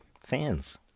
fans